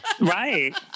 Right